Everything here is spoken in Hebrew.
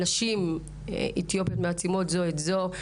נשים אתיופיות מעצימות זו את זו.